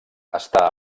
està